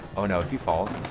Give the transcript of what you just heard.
oh no, if he falls,